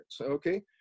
Okay